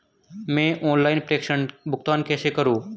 मैं ऑनलाइन प्रेषण भुगतान कैसे करूँ?